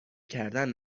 کردن